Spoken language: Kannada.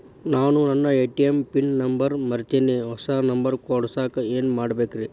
ನಾನು ನನ್ನ ಎ.ಟಿ.ಎಂ ಪಿನ್ ನಂಬರ್ ಮರ್ತೇನ್ರಿ, ಹೊಸಾ ನಂಬರ್ ಕುಡಸಾಕ್ ಏನ್ ಮಾಡ್ಬೇಕ್ರಿ?